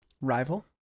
rival